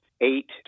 eight